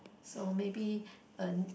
so maybe a